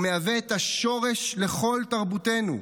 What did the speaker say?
הוא מהווה את השורש לכל תרבותנו.